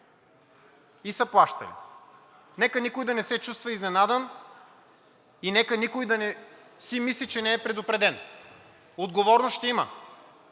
и са плащали. Нека никой да не се чувства изненадан и нека никой да не си мисли, че не е предупреден. Отговорност ще има